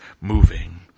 moving